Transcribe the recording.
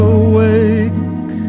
awake